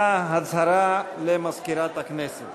מוועדת הכלכלה לוועדת הכספים